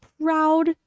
proud